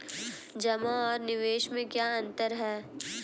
जमा और निवेश में क्या अंतर है?